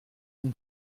donc